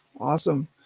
Awesome